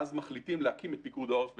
ב-1992 מחליטים להקים את פיקוד העורף.